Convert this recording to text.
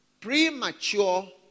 premature